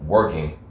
Working